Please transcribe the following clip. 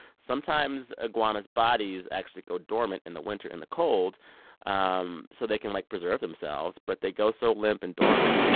sometimes iguanas' bodies actually go dormant in the winter in the cold um so they can, like, preserve themselves. but they go so limp and dormant,